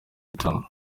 gitaramo